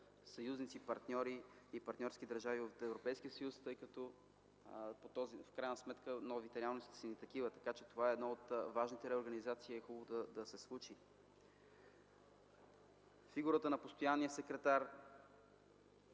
съюзници партньори и партньорски държави от Европейския съюз, тъй като в крайна сметка новите реалности са такива. Така че това е една от важните реорганизации и е хубаво да се случи. Фигурата на постоянния секретар